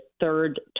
third